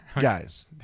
guys